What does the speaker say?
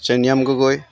Cheniram Gogoi